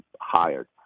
hired